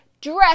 Dress